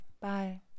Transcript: Bye